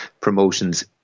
promotions